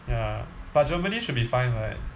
ya but germany should be fine right